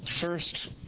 First